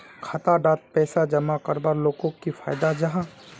खाता डात पैसा जमा करवार लोगोक की फायदा जाहा?